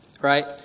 Right